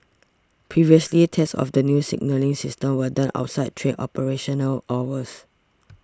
previously tests of the new signalling system were done outside train operational hours